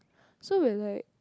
so we are like